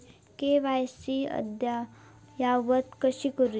KYC अद्ययावत कशी करुची?